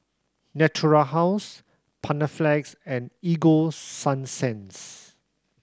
Natura House Panaflex and Ego Sunsense